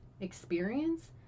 experience